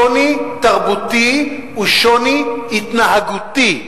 שוני תרבותי הוא שוני התנהגותי.